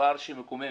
דבר מקומם.